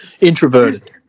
Introverted